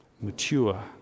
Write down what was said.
mature